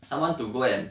someone to go and